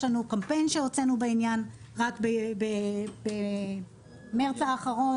יש לנו קמפיין שהוצאנו בעניין רק במרץ האחרון.